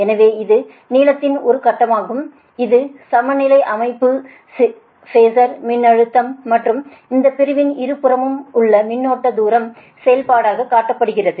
எனவே இது நீளத்தின் ஒரு கட்டமாகும் இது சமநிலை அமைப்பு ஃபேசர் மின்னழுத்தம் மற்றும் இந்த பிரிவின் இருபுறமும் உள்ள மின்னோட்டம் தூர செயல்பாடாகக் காட்டப்படுகிறது